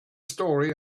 story